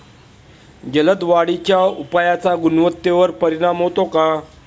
जलद वाढीच्या उपायाचा गुणवत्तेवर परिणाम होतो का?